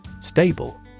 Stable